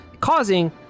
causing